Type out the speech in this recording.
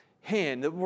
hand